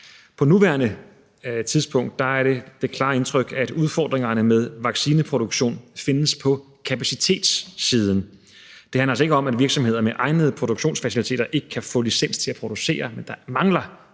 På nuværende tidspunkt er der det klare indtryk, at udfordringerne med vaccineproduktion findes på kapacitetssiden. Det handler altså ikke om, at virksomheder med egnede produktionsfaciliteter ikke kan få licens til at producere, men at der mangler egnet